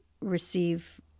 receive